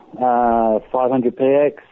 500px